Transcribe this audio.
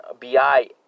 Bi